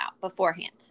beforehand